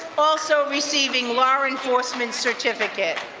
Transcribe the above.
also receiving law enforcement certificate.